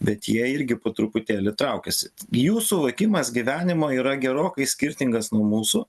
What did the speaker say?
bet jie irgi po truputėlį traukiasi jų suvokimas gyvenimo yra gerokai skirtingas nuo mūsų